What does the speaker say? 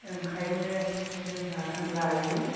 ओंखायनो जोंहा लायो